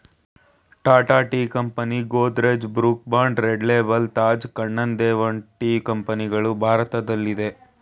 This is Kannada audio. Tata tea company, Godrej, Brooke Bond red label, Taj Kannan Devan tea ಕಂಪನಿಗಳು ಭಾರತದಲ್ಲಿದೆ